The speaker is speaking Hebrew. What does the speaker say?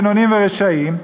בינוניים ורשעים,